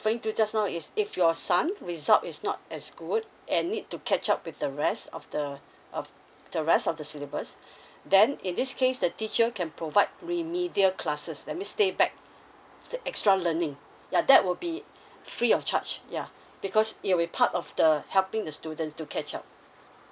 referring to just now is if your son result is not as good and need to catch up with the rest of the uh the rest of the syllabus then in this case the teacher can provide remedial classes that mean stay back extra learning yeah that will be free of charge yeah because it'll be part of the helping the students to catch up